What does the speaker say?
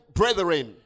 brethren